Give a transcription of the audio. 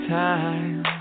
time